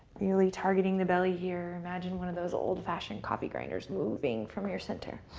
really targeting the belly here. imagine one of those old-fashioned coffee grinders moving from your center.